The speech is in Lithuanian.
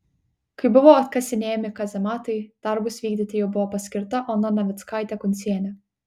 kai buvo atkasinėjami kazematai darbus vykdyti jau buvo paskirta ona navickaitė kuncienė